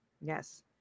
Yes